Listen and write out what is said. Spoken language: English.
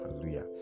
Hallelujah